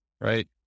right